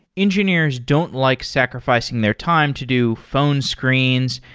engineers don't like sacrificing their time to do phone screens,